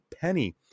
Penny